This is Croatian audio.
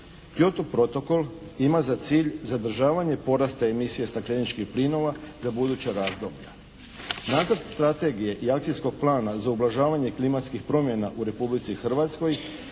Kyoto protkol ima za cilj zadržavanje porasta emisije stakleničkih plinova za buduća razdoblja. Nacrt strategije i akcijskog plana za ublažavanje klimatskih promjena u Republici Hrvatskoj